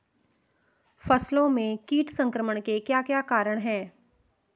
फसलों में कीट संक्रमण के क्या क्या कारण है?